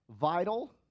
vital